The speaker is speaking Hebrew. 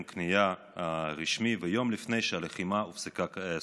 הכניעה הרשמי ויום לפני שהלחימה הופסקה סופית.